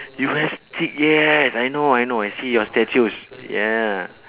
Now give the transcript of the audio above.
you have steak yes I know I know I see your statues yeah